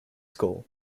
school